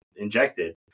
Injected